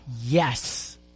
Yes